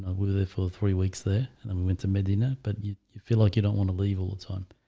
ah were there for three weeks there and then we went to medina but you you feel like you don't want to leave all the time.